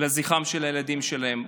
לזכרם של הילדים שלהם.